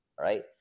right